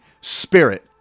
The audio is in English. Spirit